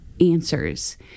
answers